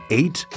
eight